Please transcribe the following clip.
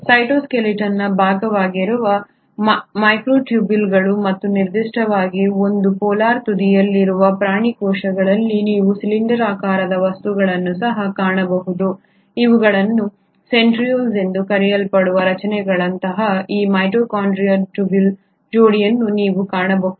ಸೈಟೋಸ್ಕೆಲಿಟನ್ನ ಭಾಗವಾಗಿರುವ ಮೈಕ್ರೊಟ್ಯೂಬುಲ್ಗಳು ಮತ್ತು ನಿರ್ದಿಷ್ಟವಾಗಿ ಒಂದು ಪೋಲಾರ್ ತುದಿಯಲ್ಲಿರುವ ಪ್ರಾಣಿ ಕೋಶಗಳಲ್ಲಿ ನೀವು ಸಿಲಿಂಡರಾಕಾರದ ವಸ್ತುಗಳನ್ನು ಸಹ ಕಾಣಬಹುದು ಇವುಗಳನ್ನು ಸೆಂಟ್ರಿಯೋಲ್ಸ್ ಎಂದು ಕರೆಯಲ್ಪಡುವ ರಚನೆಗಳಂತಹ ಈ ಮೈಕ್ರೊಟ್ಯೂಬ್ಯೂಲ್ನ ಜೋಡಿಯನ್ನು ನೀವು ಕಾಣಬಹುದು